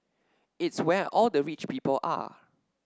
it's where all the rich people are